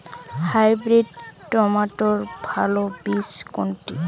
Hybrid টমেটোর ভালো বীজ কোনটি?